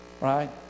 right